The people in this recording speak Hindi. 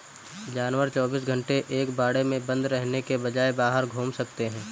जानवर चौबीस घंटे एक बाड़े में बंद रहने के बजाय बाहर घूम सकते है